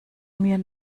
mir